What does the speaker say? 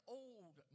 old